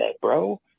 bro